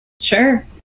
Sure